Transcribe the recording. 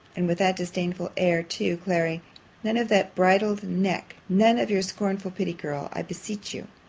and with that disdainful air too, clary none of that bridled neck! none of your scornful pity, girl i beseech you!